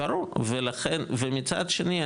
ברור ומצד שני,